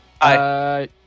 Hi